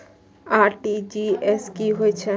RTGS की होय छै